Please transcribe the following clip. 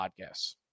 podcasts